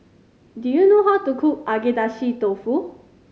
do you know how to cook Agedashi Dofu